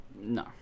No